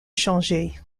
changée